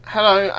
Hello